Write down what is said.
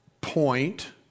point